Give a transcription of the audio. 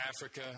Africa